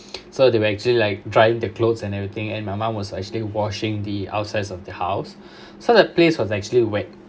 so they actually like dry their clothes and everything and my mom was actually washing the outside of the house so the place was actually wet